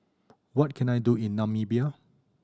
what can I do in Namibia